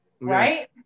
Right